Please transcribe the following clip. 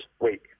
wait